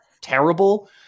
terrible